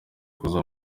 kuza